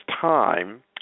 time